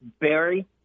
Barry